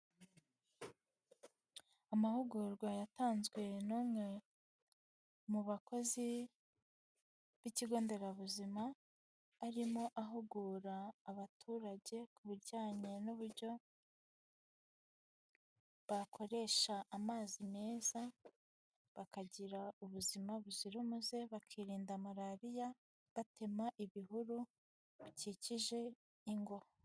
Amahugurwa yatanzwe n'umwe mu bakozi b'ikigo nderabuzima, arimo ahugura abaturage ku bijyanye n'uburyo bakoresha amazi meza, bakagira ubuzima buzira umuze, bakirinda malariya batema ibihuru bikikije ingo.